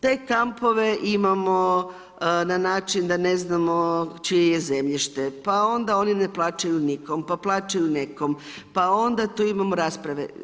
Te kampove imamo na načina da ne znamo čije je zemljište, pa onda ni ne plaćaju nikom, pa plaćaju nekom, pa onda tu imamo rasprave.